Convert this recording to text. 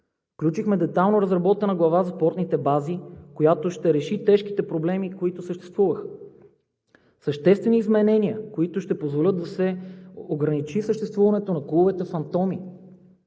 включихме детайлно разработена глава за спортните бази, която ще реши тежките проблеми, които съществуваха – съществени изменения, които ще позволят да се ограничи съществуването на клубовете фантоми,